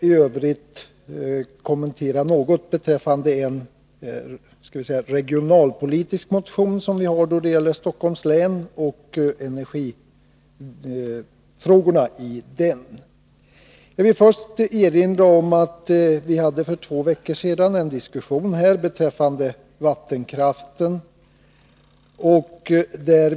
I Övrigt skall jag något kommentera en — låt mig säga — regionalpolitisk motion som vi har väckt och som gäller Stockholms län. Jag skall ta upp energifrågorna i den. Jag vill först erinra om att vi för två veckor sedan hade en diskussion här beträffande vattenkraften.